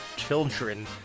children